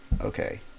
okay